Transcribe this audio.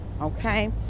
okay